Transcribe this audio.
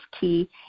key